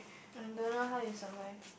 I don't know how you survive